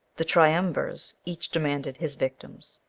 the triumvirs each demanded his victims.